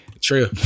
true